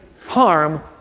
harm